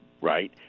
Right